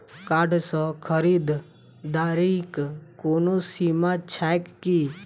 Card सँ खरीददारीक कोनो सीमा छैक की?